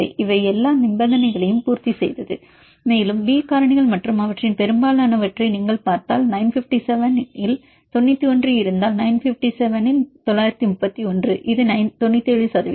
இது எல்லா நிபந்தனைகளையும் பூர்த்திசெய்தது மேலும் பி காரணிகள் மற்றும் அவற்றில் பெரும்பாலானவற்றை நீங்கள் பார்த்தால் 957 இல் 91 இருந்தால் 957 இல் 931 இது 97 சதவீதம்